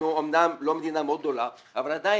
אנחנו אמנם לא מדינה מאוד גדולה אבל עדיין.